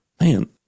man